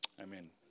Amen